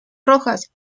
rojas